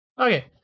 Okay